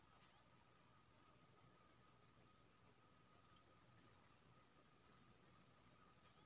धान काटय बाला आधुनिक मसीन के नाम हम नय जानय छी, लेकिन इ मसीन एग्रीबाजार में केतना में भेटत?